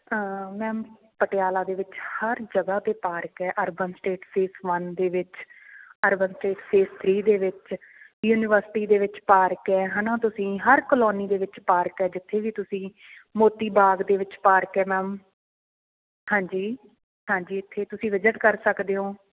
ma'am Patiala ਦੇ ਵਿੱਚ ਹਰ ਜਗ੍ਹਾ 'ਤੇ ਪਾਰਕ ਹੈ ਅਰਬਨ ਸਟੇਟ ਫੇਸ ਵਨ ਦੇ ਵਿੱਚ ਅਰਬਨ ਸਟੇਟ ਫੇਸ ਥਰੀ ਦੇ ਵਿੱਚ ਯੂਨੀਵਰਸਿਟੀ ਦੇ ਵਿੱਚ ਪਾਰਕ ਹੈ ਹੈ ਨਾ ਤੁਸੀਂ ਹਰ ਕਲੋਨੀ ਦੇ ਵਿੱਚ ਪਾਰਕ ਆ ਜਿੱਥੇ ਵੀ ਤੁਸੀਂ ਮੋਤੀ ਬਾਗ ਦੇ ਵਿੱਚ ਪਾਰਕ ਹੈ ਮੈਮ ਹਾਂਜੀ ਹਾਂਜੀ ਇੱਥੇ ਤੁਸੀਂ ਵਿਜਿਟ ਕਰ ਸਕਦੇ ਓਂ